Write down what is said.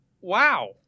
Wow